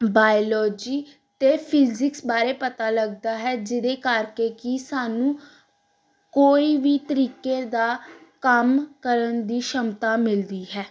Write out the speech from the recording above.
biology ਅਤੇ physics ਬਾਰੇ ਪਤਾ ਲੱਗਦਾ ਹੈ ਜਿਹਦੇ ਕਰਕੇ ਕਿ ਸਾਨੂੰ ਕੋਈ ਵੀ ਤਰੀਕੇ ਦਾ ਕੰਮ ਕਰਨ ਦੀ ਛਮਤਾ ਮਿਲਦੀ ਹੈ